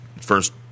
first